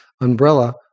umbrella